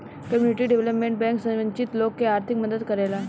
community development bank वंचित लोग के आर्थिक मदद करेला